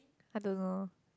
I don't know